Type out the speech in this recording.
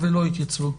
ולא התייצבו.